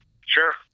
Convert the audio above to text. Sure